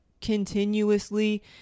Continuously